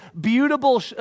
beautiful